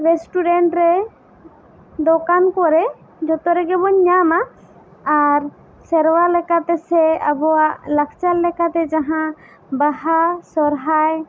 restaurant ᱨᱮ ᱫᱚᱠᱟᱱ ᱠᱚᱨᱮ ᱡᱚᱛᱚ ᱨᱮᱜᱮ ᱵᱚᱱ ᱧᱟᱢᱟ ᱟᱨ ᱥᱮᱨᱚᱣᱟ ᱞᱮᱠᱟ ᱛᱮ ᱥᱮ ᱟᱵᱚᱣᱟᱜ ᱞᱟᱠᱪᱟᱨ ᱞᱮᱠᱟ ᱛᱮ ᱡᱟᱦᱟᱸ ᱵᱟᱦᱟ ᱥᱚᱨᱦᱟᱭ